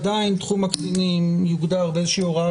עדיין תחום הקטינים יוגדר באיזושהי הוראת